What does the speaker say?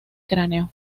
cráneo